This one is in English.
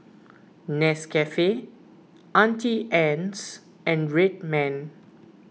Nescafe Auntie Anne's and Red Man